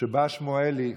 כשבא שמואלי,